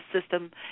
system